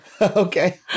Okay